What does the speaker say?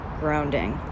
grounding